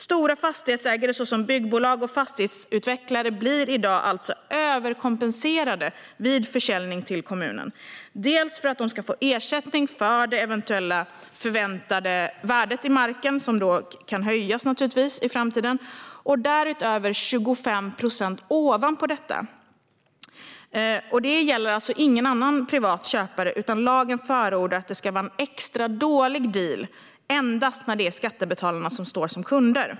Stora fastighetsägare såsom byggbolag och fastighetsutvecklare blir i dag överkompenserade vid försäljning till kommunen. De får ersättning för det eventuella förväntade värdet på marken, vilket naturligtvis kan höjas i framtiden, och därutöver ytterligare 25 procent. Detta gäller alltså ingen annan privat köpare, utan lagen förordar att det ska vara en extra dålig deal endast när det är skattebetalarna som står som kunder.